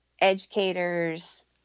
educators